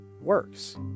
works